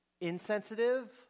insensitive